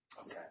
Okay